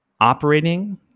operating